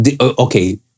okay